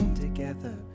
Together